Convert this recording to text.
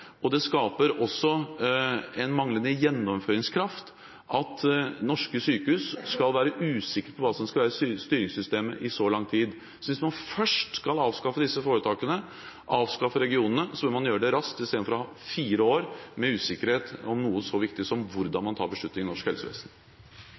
gjennomføringskraft at norske sykehus skal være usikre på hva som skal være styringssystemet i så lang tid. Hvis man først skal avskaffe disse foretakene, avskaffe regionene, bør man gjøre det raskt, i stedet for å ha fire år med usikkerhet om noe så viktig som hvordan